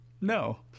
No